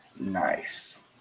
Nice